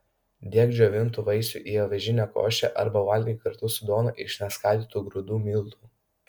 dėk džiovintų vaisių į avižinę košę arba valgyk kartu su duona iš neskaldytų grūdų miltų